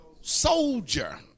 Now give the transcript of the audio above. soldier